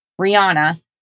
Rihanna